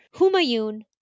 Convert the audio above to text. Humayun